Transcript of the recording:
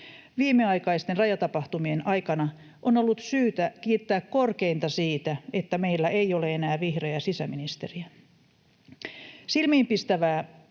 Viimeaikaisten rajatapahtumien aikana on ollut syytä kiittää korkeinta siitä, että meillä ei ole enää vihreää sisäministeriä. Silmiinpistävää on se,